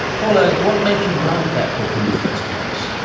paul ehrlich, what made you write that book in the first place?